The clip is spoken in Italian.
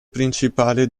principale